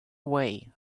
way